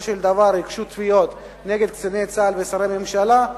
שהגישו תביעות נגד קציני צה"ל ושרי ממשלה,